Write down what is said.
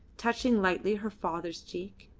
touching lightly her father's cheek.